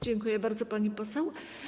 Dziękuję bardzo, pani poseł.